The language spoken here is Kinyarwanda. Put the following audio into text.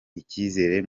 icyizere